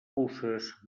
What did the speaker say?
puces